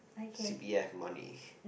c_p_f money